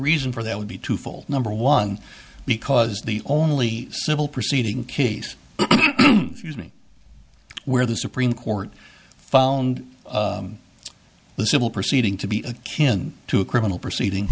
reason for that would be twofold number one because the only civil proceeding case where the supreme court found the civil proceeding to be a kin to a criminal proceeding